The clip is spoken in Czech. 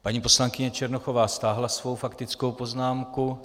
Paní poslankyně Černochová stáhla svou faktickou poznámku.